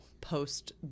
post